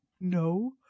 No